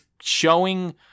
showing